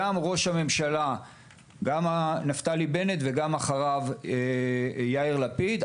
גם ראש הממשלה נפתלי בנט וגם אחריו יאיר לפיד,